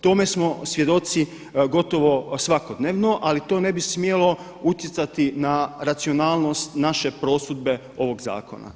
Tome smo svjedoci gotovo svakodnevno, ali to ne bi smjelo utjecati na racionalnost naše prosudbe ovog zakona.